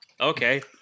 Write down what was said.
okay